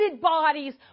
bodies